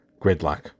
gridlock